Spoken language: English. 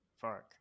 Fuck